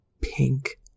pink